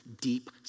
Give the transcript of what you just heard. deep